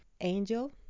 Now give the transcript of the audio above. Angel